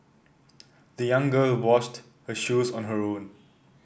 the young girl washed her shoes on her own